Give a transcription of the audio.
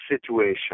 situation